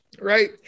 right